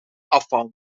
afval